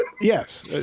Yes